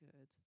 good